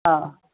हो